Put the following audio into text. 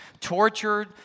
tortured